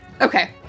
okay